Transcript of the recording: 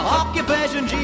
occupation